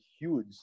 huge